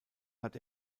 hat